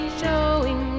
showing